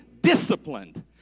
disciplined